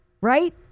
right